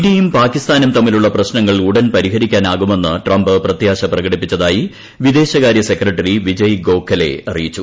ഇസ്റ്റ്യും പാകിസ്ഥാനും തമ്മിലുള്ള പ്രശ്നങ്ങൾ ഉടൻ പരിഹരിക്കാനാകുമെന്ന് ട്ടൂംപ് പ്രത്യാശ പ്രകടിപ്പിച്ചതായി വിദേശകാര്യ സെക്രട്ടറി വിജയ് ഗോള്ല്പ്പെട്ടതിയിച്ചു